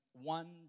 one